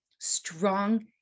strong